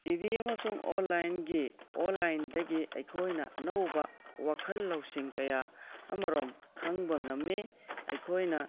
T V ꯑꯃꯁꯨꯡ ꯑꯣꯟꯂꯥꯏꯟꯒꯤ ꯑꯣꯟꯂꯥꯏꯟꯗꯒꯤ ꯑꯩꯈꯣꯏꯅ ꯑꯅꯧꯕ ꯋꯥꯈꯜ ꯂꯧꯁꯤꯡ ꯀꯌꯥ ꯑꯃꯔꯣꯝ ꯈꯪꯕ ꯉꯝꯃꯤ ꯑꯩꯈꯣꯏꯅ